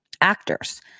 actors